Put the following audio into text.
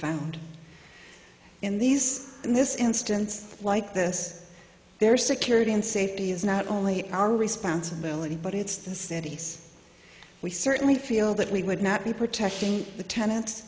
found in these in this instance like this their security and safety is not only our responsibility but it's the city's we certainly feel that we would not be protecting the ten